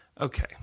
okay